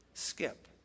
Skip